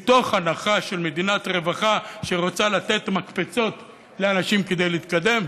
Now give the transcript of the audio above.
מתוך הנחה של מדינת רווחה שרוצה לתת מקפצות לאנשים כדי להתקדם.